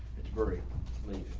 it's very late.